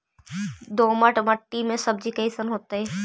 दोमट मट्टी में सब्जी कैसन होतै?